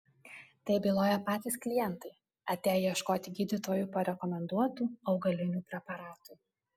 tai byloja patys klientai atėję ieškoti gydytojų parekomenduotų augalinių preparatų